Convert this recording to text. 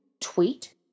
tweet